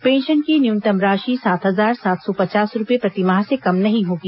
pension की न्यूनतम राशि सात हजार सात सौ पचास रूपये प्रतिमाह से कम नहीं होगी